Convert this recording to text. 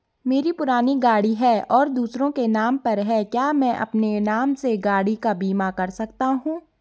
मेरी पुरानी गाड़ी है और दूसरे के नाम पर है क्या मैं अपने नाम से गाड़ी का बीमा कर सकता हूँ?